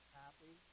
happy